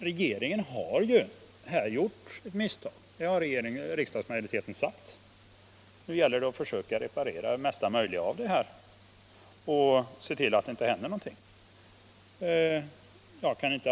Regeringen har ju här gjort misstag — det har riksdagsmajoriteten sagt - och nu gäller det att reparera dessa misstag i mesta möjliga mån och se till att det inte händer någonting olyckligt.